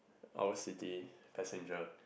owl city passenger